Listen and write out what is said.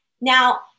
Now